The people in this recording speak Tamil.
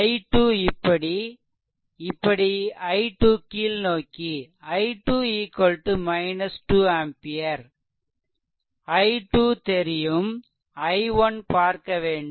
i2 இப்படி i2 இப்படி கீழ்நோக்கி i2 2 ampere i2 தெரியும் i1 பார்க்க வேண்டும்